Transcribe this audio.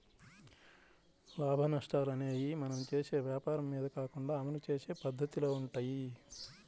లాభనష్టాలు అనేయ్యి మనం చేసే వ్వాపారం మీద కాకుండా అమలు చేసే పద్దతిలో వుంటయ్యి